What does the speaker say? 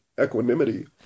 equanimity